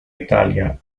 italia